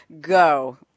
go